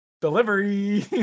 Delivery